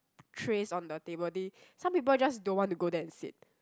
trays on the table they some people just don't want to go there and sit